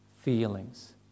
feelings